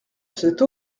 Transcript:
cette